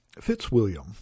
Fitzwilliam